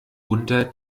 unter